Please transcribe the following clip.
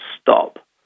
stop